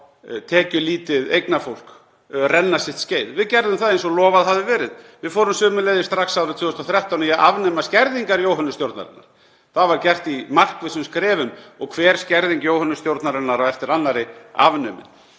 á tekjulítið eignafólk, renna sitt skeið. Við gerðum það eins og lofað hafði verið. Við fórum sömuleiðis strax árið 2013 í að afnema skerðingar Jóhönnustjórnarinnar. Það var gert í markvissum skrefum og hver skerðing Jóhönnustjórnarinnar á eftir annarri var afnumin.